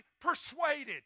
persuaded